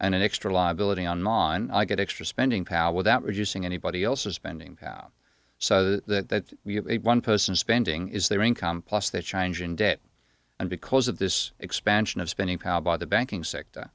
and an extra liability on law and i get extra spending power without reducing anybody else's spending so that we have one person spending is their income plus the change in debt and because of this expansion of spending power by the banking sector